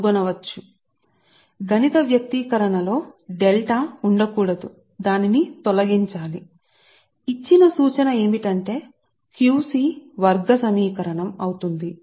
సరే ఇచ్చిన సూచన మాత్రమే ఏమిటంటే మీ Q c మీరు తెలుసుకోవడానికి ప్రయత్నించినప్పుడు అది Q c యొక్క వర్గ సమీకరణం అవుతుంది